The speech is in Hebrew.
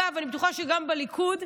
אני בטוחה שגם בליכוד,